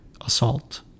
assault